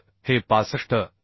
तर हे 65